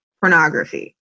pornography